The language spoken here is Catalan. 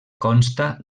consta